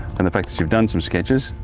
and the fact that you've done some sketches,